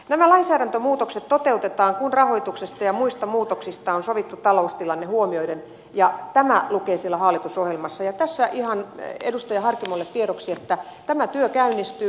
nämä lainsäädäntömuutokset toteutetaan kun rahoituksesta ja muista muutoksista on sovittu taloustilanne huomioiden ja tämä lukee hallitusohjelmassa ja edustaja harkimolle tiedoksi että tämä työ käynnistyy